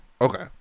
Okay